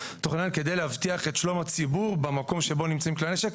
כדי להבטיח את שלום הציבור במקום שבו נמצאים כלי הנשק,